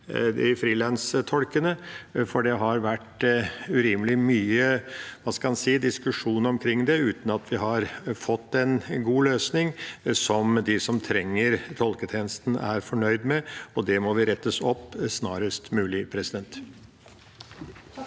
tolkene og frilanstolkene, for det har vært urimelig mye diskusjon omkring det uten at vi har fått en god løsning som de som trenger tolketjenesten, er fornøyd med. Det må rettes opp snarest mulig. Dagfinn